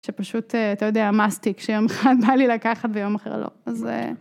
שפשוט אתה יודע מסטיק שיום אחד בא לי לקחת ויום אחר לא, אז.